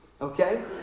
Okay